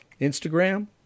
Instagram